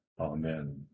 Amen